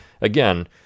again